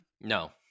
No